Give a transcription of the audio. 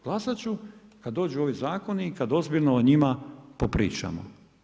Glasat ću kada dođu ovi zakoni i kada ozbiljno o njima popričamo.